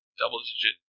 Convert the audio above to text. double-digit